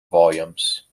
volumes